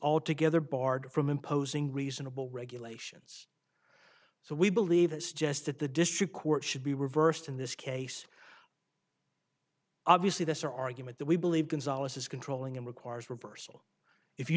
altogether barred from imposing reasonable regulations so we believe it's just that the district court should be reversed in this case obviously this argument that we believe gonzales is controlling and requires reversal if you